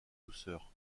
douceur